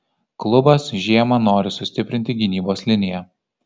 klubas žiemą nori sustiprinti gynybos liniją